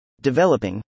Developing